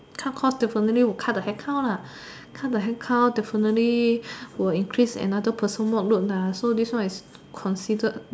cut cost definitely will cut the headcount lah cut the headcount definitely will increase another person workload lah so this one is considered